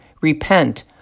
Repent